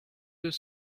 deux